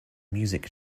music